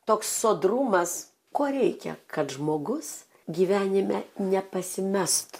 toks sodrumas ko reikia kad žmogus gyvenime nepasimestų